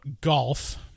golf